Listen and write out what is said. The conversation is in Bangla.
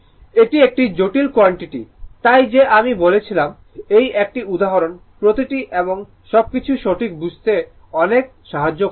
এটি একটি জটিল কোয়ান্টিটি তাই যে আমি বলেছিলাম এই একটি উদাহরণ প্রতিটি এবং সবকিছু সঠিক বুঝতে অনেক সাহায্য করবে